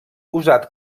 usat